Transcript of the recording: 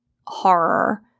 horror